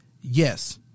Yes